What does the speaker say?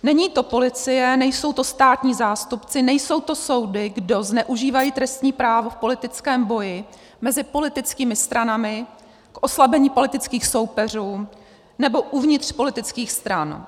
Není to policie, nejsou to státní zástupci, nejsou to soudy, kdo zneužívají trestní právo v politickém boji, mezi politickými stranami, k oslabení politických soupeřů nebo uvnitř politických stran.